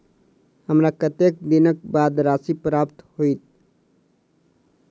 हमरा कत्तेक दिनक बाद राशि प्राप्त होइत?